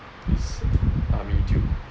this army dude